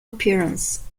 appearance